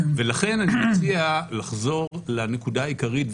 לכן אני מציע לחזור לנקודה העיקרית.